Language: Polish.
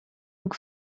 mógł